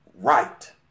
right